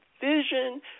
vision